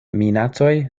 minacoj